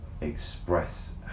express